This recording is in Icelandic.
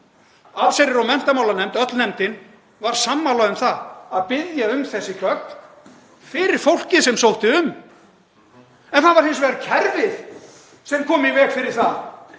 Allsherjar- og menntamálanefnd, öll nefndin, var sammála um að biðja um þessi gögn fyrir fólkið sem sótti um en það var hins vegar kerfið sem kom í veg fyrir það